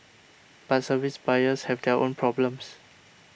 but service buyers have their own problems